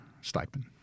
stipend